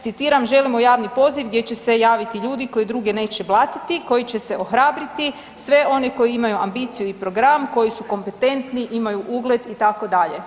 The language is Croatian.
Citiram, želimo javni poziv gdje će se javiti ljudi koji druge neće blatiti, koji će se ohrabriti, sve one koji imaju ambiciju i program, koji su kompetentni, imaju ugled itd.